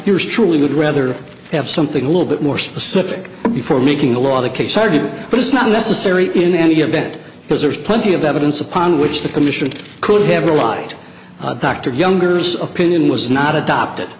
yours truly would rather have something a little bit more specific before making the law the case argument but it's not necessary in any event because there's plenty of evidence upon which the commission could have relied dr youngers opinion was not adopted